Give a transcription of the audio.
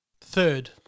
Third